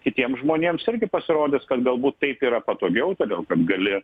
kitiems žmonėms irgi pasirodys kad galbūt taip yra patogiau todėl kad gali